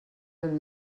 ben